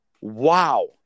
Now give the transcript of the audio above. Wow